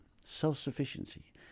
self-sufficiency